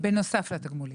לתגמולים.